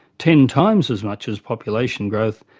ten times as much as population growth,